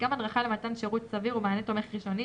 גם הדרכה למתן שירות סביר ומענה תומך ראשוני